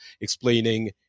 explaining